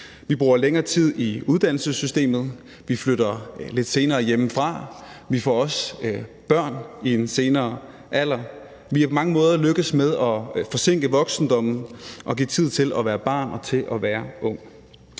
Vi bruger længere tid i uddannelsessystemet, vi flytter lidt senere hjemmefra, og vi får også børn i en senere alder. Vi er på mange måder lykkedes med at forsinke voksendommen og give tid til at være barn og til at være ung.